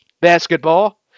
basketball